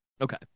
Okay